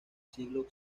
siglo